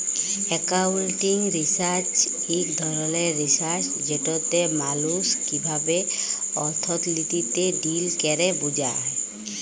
accounting research ইক ধরলের research যেটতে মালুস কিভাবে অথ্থলিতিতে ডিল ক্যরে বুঝা